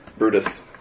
Brutus